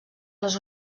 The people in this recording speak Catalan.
les